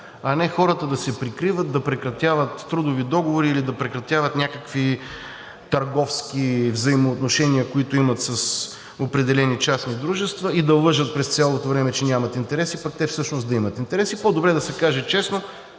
а не хората да се прикриват, да прекратяват трудови договори или да прекратяват някакви търговски взаимоотношения, които имат с определени частни дружества, и да лъжат през цялото време, че нямат интереси, пък те всъщност да имат интереси. По-добре да се каже честно.